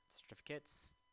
certificates